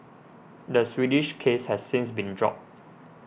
the Swedish case has since been dropped